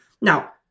Now